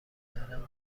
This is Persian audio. کردم